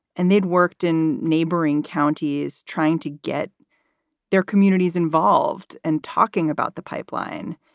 and they'd worked in neighboring counties trying to get their communities involved and talking about the pipeline.